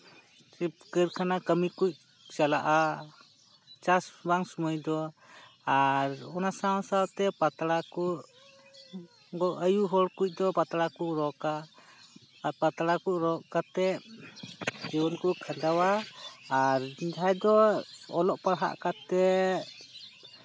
ᱡᱤᱯ ᱠᱟᱹᱨᱠᱷᱟᱱᱟ ᱠᱟᱹᱢᱤ ᱠᱚ ᱪᱟᱞᱟᱜᱼᱟ ᱪᱟᱥ ᱵᱟᱝ ᱥᱚᱢᱚᱭ ᱫᱚ ᱟᱨ ᱚᱱᱟ ᱥᱟᱶᱼᱥᱟᱶᱛᱮ ᱯᱟᱛᱲᱟ ᱠᱚ ᱜᱚᱜ ᱩᱱᱠᱩ ᱟᱭᱳ ᱦᱚᱲ ᱠᱚᱜᱮ ᱯᱟᱛᱲᱟ ᱠᱚ ᱨᱚᱜᱼᱟ ᱟᱨ ᱯᱟᱛᱲᱟ ᱠ ᱨᱚᱜ ᱠᱟᱛᱮᱫ ᱡᱤᱭᱚᱱ ᱠᱚ ᱠᱷᱟᱸᱰᱟᱣᱟ ᱟᱨ ᱡᱟᱦᱟᱸᱭ ᱫᱚ ᱚᱞᱚᱜ ᱯᱟᱲᱦᱟᱣ ᱠᱟᱛᱮᱫ